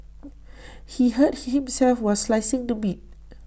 he hurt him himself while slicing the meat